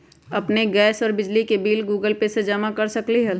अपन गैस और बिजली के बिल गूगल पे से जमा कर सकलीहल?